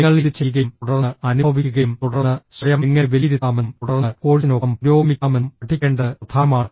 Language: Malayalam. നിങ്ങൾ ഇത് ചെയ്യുകയും തുടർന്ന് അനുഭവിക്കുകയും തുടർന്ന് സ്വയം എങ്ങനെ വിലയിരുത്താമെന്നും തുടർന്ന് കോഴ്സിനൊപ്പം പുരോഗമിക്കാമെന്നും പഠിക്കേണ്ടത് പ്രധാനമാണ്